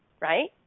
Right